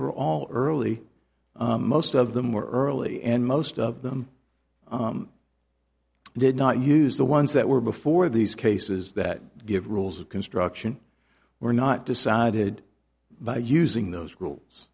were all early most of them were early and most of them did not use the ones that were before these cases that give rules of construction were not decided by using those